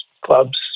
clubs